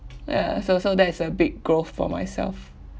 ya so so that is a big growth for myself